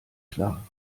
klar